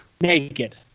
naked